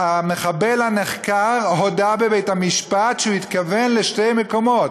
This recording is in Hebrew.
המחבל הנחקר הודה בבית-המשפט שהוא התכוון לשני מקומות,